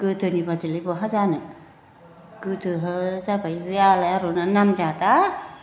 गोदोनि बायदिलाय बहा जानो गोदोहाय जाबाय आलायारनानो नाम जादा